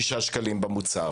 6 שקלים במוצר.